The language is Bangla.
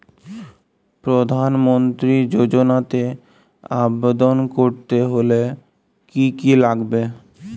প্রধান মন্ত্রী যোজনাতে আবেদন করতে হলে কি কী লাগবে?